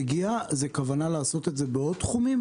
יש כוונה לעשות את זה בעוד תחומים?